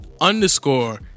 underscore